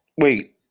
Wait